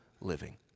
living